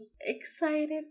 excited